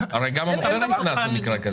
גם המוכר נקנס במקרה כזה.